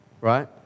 right